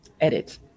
edit